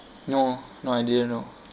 no no I didn't know